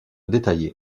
détaillé